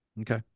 Okay